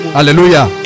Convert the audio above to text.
Hallelujah